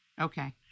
Okay